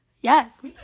Yes